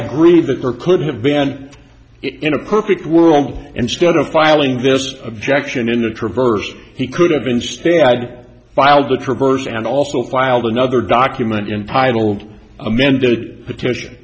agree that there could have been in a perfect world instead of filing this objection in the traverse he could have instead of filed the traverse and also filed another document intitled amended petition